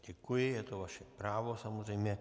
Děkuji, je to vaše právo, samozřejmě.